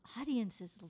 audiences